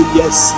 yes